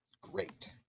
Great